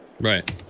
Right